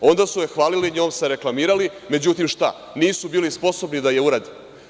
Onda su je hvalili i njome se reklamirali, međutim šta, nisu bili sposobni da je urade.